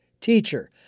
teacher